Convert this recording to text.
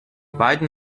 beiden